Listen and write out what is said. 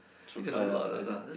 is a lot of stuff that's